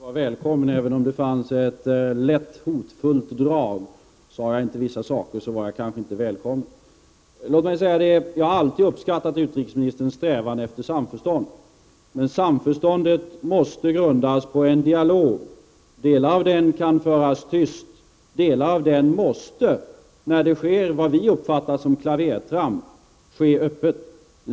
Herr talman! Jag noterar att jag fortfarande var välkommen, även om det fanns ett lätt hotfullt drag. Sade jag inte vissa saker, var jag kanske inte välkommen. Låt mig säga att jag alltid har uppskattat utrikesministerns strävan efter samförstånd. Samförståndet måste dock grundas på en dialog — delar av den kan föras tyst, delar av den måste, när det sker vad vi uppfattar som klavertramp, ske öppet.